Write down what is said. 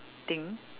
~ting